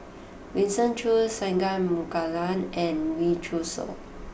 Winston Choos Singai Mukilan and Wee Cho Yaw